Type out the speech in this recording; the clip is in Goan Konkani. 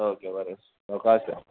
ओके बरें ओके आसा